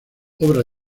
obra